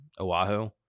Oahu